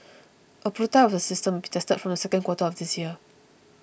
a prototype of the system will be tested from the second quarter of this year